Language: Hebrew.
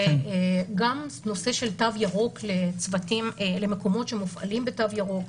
גם הנושא של תו ירוק למקומות שמופעלים בתו ירוק,